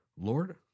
Lord